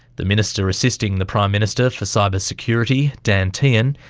the minister assisting the prime minister for cyber security, dan tehan,